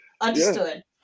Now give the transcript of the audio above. Understood